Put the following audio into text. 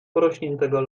porośniętego